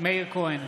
מאיר כהן,